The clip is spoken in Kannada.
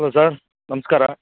ಹಲೋ ಸರ್ ನಮಸ್ಕಾರ